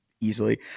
easily